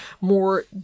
more